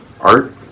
Art